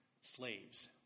slaves